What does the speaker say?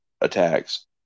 attacks